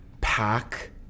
pack